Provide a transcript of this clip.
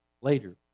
later